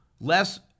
less